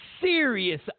serious